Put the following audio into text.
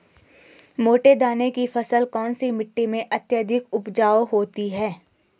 मोटे दाने की फसल कौन सी मिट्टी में अत्यधिक उपजाऊ होती है?